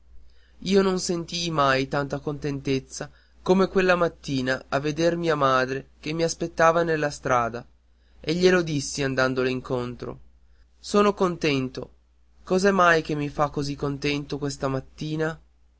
io non sentii mai tanta contentezza come questa mattina a veder mia madre che mi aspettava nella strada e glielo dissi andandole incontro sono contento cos'è mai che mi fa così contento questa mattina